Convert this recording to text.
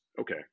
okay